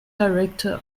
director